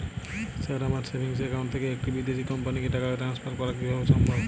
Sir আমার savings account থেকে একটি বিদেশি কোম্পানিকে টাকা ট্রান্সফার করা কীভাবে সম্ভব?